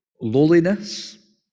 lowliness